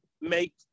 make